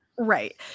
right